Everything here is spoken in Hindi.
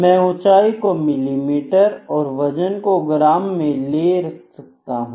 मैं ऊंचाई को मिलीमीटर और वजन को ग्राम में ले सकता हूं